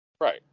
Right